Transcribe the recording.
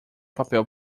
papel